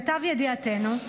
למיטב ידיעתנו,